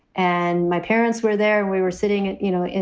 and my parents were there. we were sitting, you know,